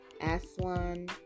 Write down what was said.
Aswan